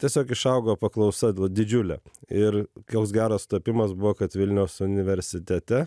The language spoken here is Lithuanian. tiesiog išaugo paklausa didžiulė ir koks geras sutapimas buvo kad vilniaus universitete